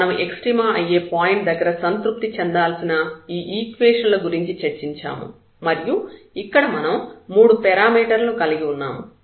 మనం ఎక్స్ట్రీమ అయ్యే పాయింట్ దగ్గర సంతృప్తి చెందాల్సిన ఈ ఈక్వేషన్ ల గురించి చర్చించాము మరియు ఇక్కడ మనం మూడు పెరామీటర్ లను కలిగి ఉన్నాము